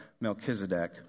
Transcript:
Melchizedek